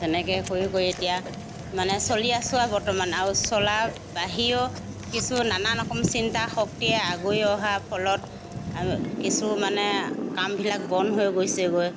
তেনেকৈ কৰি কৰি এতিয়া মানে চলি আছোঁ আৰু বৰ্তমান আৰু চলা বাহিৰেও কিছু নানা ৰকম চিন্তা শক্তিয়ে আগুৰি অহা ফলত কিছু মানে কামবিলাক বন্ধ হৈ গৈছেগৈ